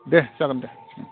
दे जागोन दे